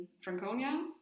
Franconia